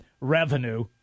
revenue